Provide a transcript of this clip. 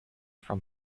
from